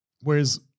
Whereas